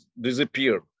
disappeared